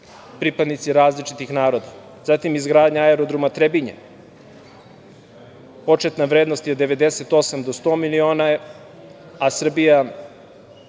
pripadnici različitih naroda. Zatim, izgradnja aerodroma Trebinje. Početna vrednost je 98.000.000 do 100.000.000 a Srbija